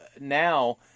now